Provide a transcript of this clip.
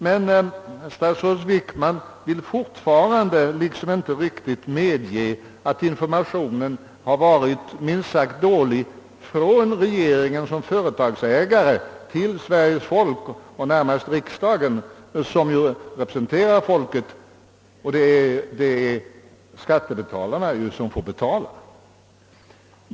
Men statsrådet Wickman vill fortfarande liksom inte medge, att informationen har varit minst sagt dålig från regeringen såsom företagsägare till Sveriges folk och närmast då riksdagen — som ju representerar folket, skattebetalarna, som får betala.